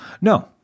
No